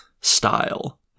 style